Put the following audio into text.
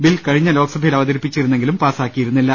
bill കഴിഞ്ഞ ലോക്സഭയിൽ അവതരിപ്പിച്ചി രുന്നെങ്കിലും പാസാക്കിയിരുന്നില്ല